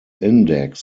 index